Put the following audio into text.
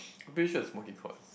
pretty sure it's smokey quarts